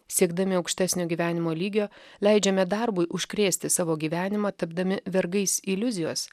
siekdami aukštesnio gyvenimo lygio leidžiame darbui užkrėsti savo gyvenimą tapdami vergais iliuzijos